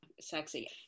sexy